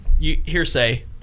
hearsay